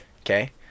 Okay